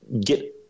get